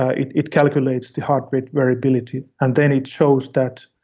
ah it it calculates the heart rate variability and then it shows that